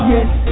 Yes